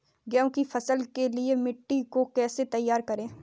गेहूँ की फसल के लिए मिट्टी को कैसे तैयार करें?